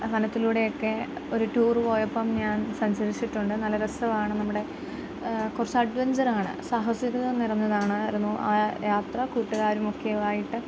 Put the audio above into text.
വനത്തിലൂടെ ഒക്കെ ഒരു ടൂർ പോയപ്പം ഞാൻ സഞ്ചരിച്ചിട്ടുണ്ട് നല്ല രസമാണ് നമ്മുടെ കുറച്ച് അഡ്വഞ്ചർ ആണ് സാഹസികത നിറഞ്ഞതാണ് ആയിരുന്നു ആ യാത്ര കൂട്ടുകാരുമൊക്കെ ആയിട്ട്